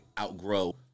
outgrow